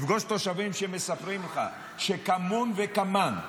לפגוש תושבים שמספרים לך שכמון וכמאנה,